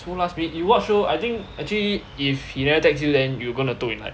so last minute you watched show I think actually if he never text you then you going to toh in like